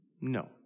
No